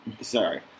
Sorry